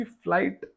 flight